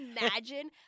imagine